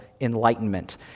enlightenment